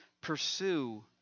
pursue